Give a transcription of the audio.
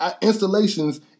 installations